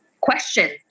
question